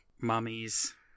Mummies